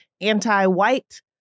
anti-white